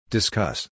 Discuss